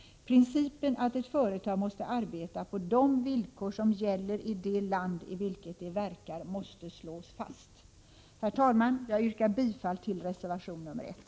Principen att ett företag måste arbeta på de villkor som gäller i det land i vilket företaget verkar måste slås fast. Herr talman! Jag yrkar bifall till reservation nr 1.